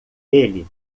ele